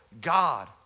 God